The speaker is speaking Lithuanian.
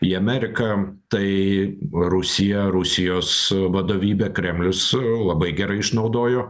į ameriką tai rusija rusijos vadovybė kremlius labai gerai išnaudojo